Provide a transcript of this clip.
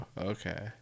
Okay